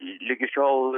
ligi šiol